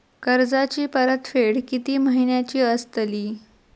कर्जाची परतफेड कीती महिन्याची असतली?